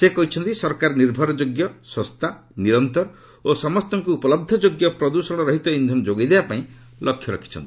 ସେ କହିଛନ୍ତି ସରକାର ନୀର୍ଭରଯୋଗ୍ୟ ଶସ୍ତା ନିରନ୍ତର ଓ ସମସ୍ତଙ୍କୁ ଉପଲବ୍ଧ ଯୋଗ୍ୟ ପ୍ରଦୃଷଣରହିତ ଇନ୍ଧନ ଯୋଗାଇ ଦେବାପାଇଁ ଲକ୍ଷ୍ୟ ରଖିଛନ୍ତି